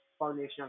Foundation